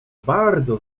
bardzo